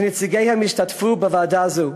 שנציגיהם ישתתפו בוועדה זו,